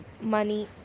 money